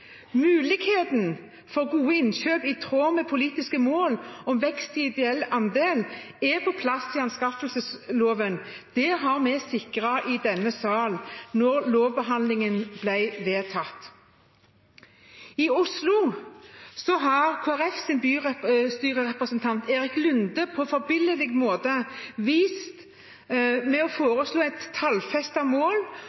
Muligheten for gode innkjøp i tråd med politiske mål om vekst i ideell andel er på plass i anskaffelsesloven. Det sikret vi i denne salen da lovbehandlingen ble vedtatt. I Oslo har Kristelig Folkepartis bystyrerepresentant Erik Lunde på forbilledlig måte